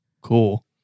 cool